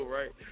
right